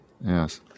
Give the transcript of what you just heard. yes